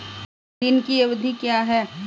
ऋण की अवधि क्या है?